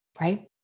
right